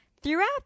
Throughout